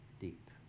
deep